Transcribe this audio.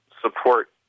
support